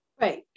right